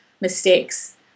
mistakes